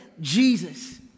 Jesus